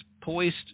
poised